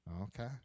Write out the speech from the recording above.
Okay